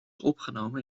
opgenomen